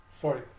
Sorry